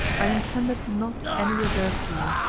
i intended not any reserve to you.